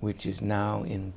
which is now in